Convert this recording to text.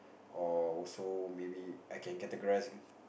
or also maybe I can categorize